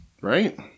Right